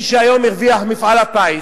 מי שהיום הרוויח במפעל הפיס,